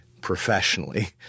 professionally